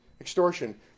Extortion